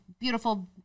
beautiful